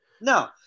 No